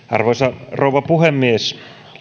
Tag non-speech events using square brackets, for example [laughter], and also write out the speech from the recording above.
[unintelligible] arvoisa rouva puhemies